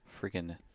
freaking